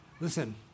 Listen